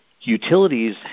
Utilities